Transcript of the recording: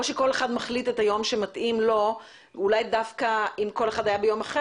או שכל אחד מחליט את היום שמתאים לו ואולי דווקא אם כל אחד היה ביום אחר